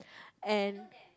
and